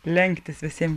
lenktis visiem